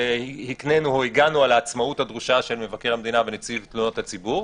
הגנו על העצמאות הדרושה של מבקר המדינה ונציב תלונות הציבור.